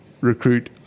recruit